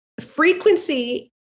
frequency